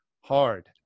hard